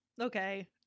okay